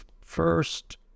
first